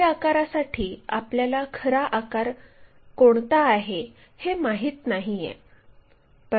काही आकारासाठी आपल्याला खरा आकार कोणता आहे हे माहित नाहीये